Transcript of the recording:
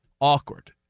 Awkward